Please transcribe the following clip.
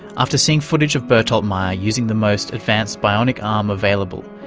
after seeing footage of bertolt meyer using the most advanced bionic arm available,